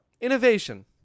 Innovation